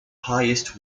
highest